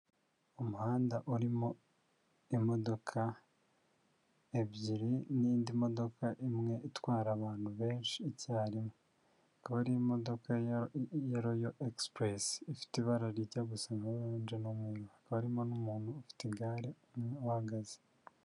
Umuhanda urimo imodoka ebyiri, n'indi modoka imwe itwara abantu benshi icyarimwe, ikaba ari imodoka ya Royal express, ifite ibara rijya gusa nka oranje n'umweru, hakaba harimo n'umuntu ufite igare, uhagaze.